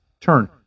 turn